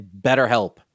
BetterHelp